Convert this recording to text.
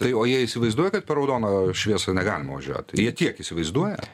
tai o jie įsivaizduoja kad per raudoną šviesą negalima važiuot tai jie tiek įsivaizduoja